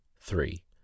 three